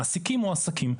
מעסיקים מועסקים,